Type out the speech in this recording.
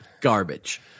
garbage